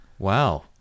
Wow